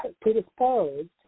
predisposed